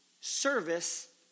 service